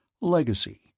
Legacy